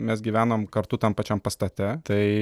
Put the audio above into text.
mes gyvenom kartu tam pačaim pastate tai